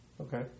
Okay